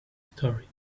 story